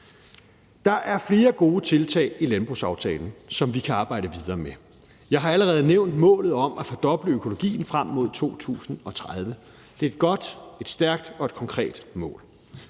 Der er flere gode tiltag i landbrugsaftalen, som vi kan arbejde videre med. Jeg har allerede nævnt målet om at fordoble økologien frem mod 2030. Det er et godt, stærkt og konkret mål.